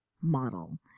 model